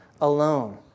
alone